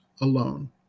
alone